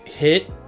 hit